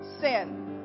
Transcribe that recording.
sin